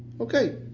Okay